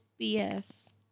BS